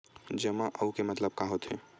जमा आऊ के मतलब का होथे?